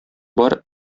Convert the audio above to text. бар